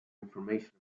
information